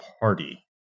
party